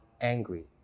angry